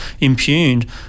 impugned